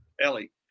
Ellie